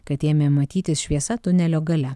kad ėmė matytis šviesa tunelio gale